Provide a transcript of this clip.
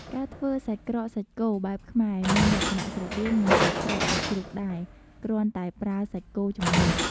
ការធ្វើសាច់ក្រកសាច់គោបែបខ្មែរ មានលក្ខណៈស្រដៀងនឹងសាច់ក្រកសាច់ជ្រូកដែរ គ្រាន់តែប្រើសាច់គោជំនួស។